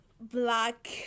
black